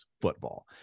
football